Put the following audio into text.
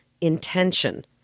intention